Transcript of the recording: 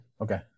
Okay